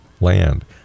land